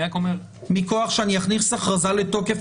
-- מכוח שאני אכניס הכרזה לתוקף,